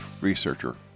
researcher